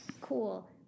Cool